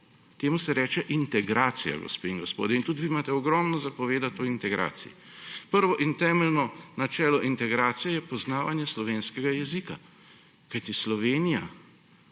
Temu se reče integracija, gospe in gospodje. Tudi vi imate ogromno povedati o integraciji. Prvo in temeljno načelo integracije je poznavanje slovenskega jezika. Kajti Slovenija